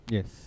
Yes